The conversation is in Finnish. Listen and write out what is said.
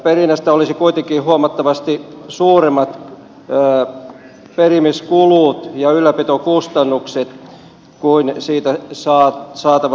perinnästä olisi kuitenkin huomattavasti suuremmat perimiskulut ja ylläpitokustannukset kuin siitä saatavat tulot